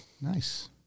Nice